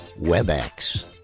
WebEx